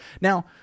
Now